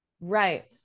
Right